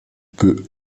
peut